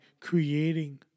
creating